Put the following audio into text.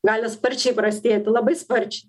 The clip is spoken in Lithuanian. gali sparčiai prastėti labai sparčiai